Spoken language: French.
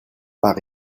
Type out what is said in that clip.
par